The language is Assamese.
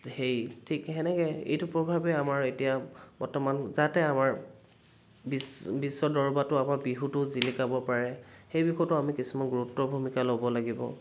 সেই ঠিক সেনেকে এইটো প্ৰভাৱে আমাৰ এতিয়া বৰ্তমান যাতে আমাৰ বিচ বিশ্ব দৰবাৰত আমাৰ বিহুটো জিলিকাব পাৰে সেই বিষয়তো আমি কিছুমান গুৰুত্ব ভূমিকা ল'ব লাগিব